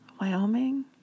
Wyoming